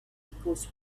because